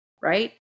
right